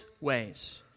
ways